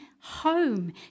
home